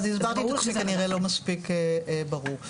אז הסברתי את זה כנראה לא מספיק ברור.